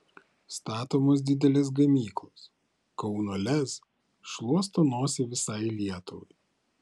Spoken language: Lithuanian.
statomos didelės gamyklos kauno lez šluosto nosį visai lietuvai